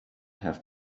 have